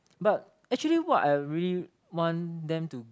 but actually what I really want them to